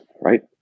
right